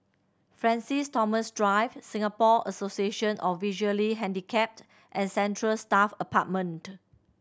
Francis Thomas Drive Singapore Association of Visually Handicapped and Central Staff Apartment